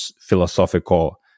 philosophical